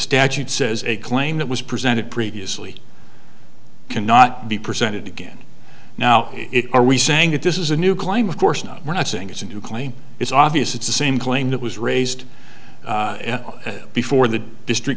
statute says a claim that was presented previously cannot be presented again now are we saying that this is a new clime of course not we're not saying it's a new claim it's obvious it's the same claim that was raised before the district